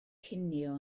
cinio